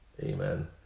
Amen